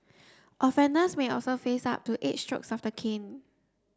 offenders may also face up to eight strokes of the cane